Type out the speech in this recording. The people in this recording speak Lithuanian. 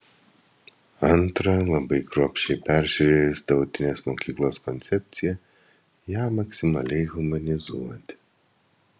antra labai kruopščiai peržiūrėjus tautinės mokyklos koncepciją ją maksimaliai humanizuoti